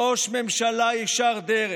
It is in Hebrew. ראש ממשלה ישר דרך,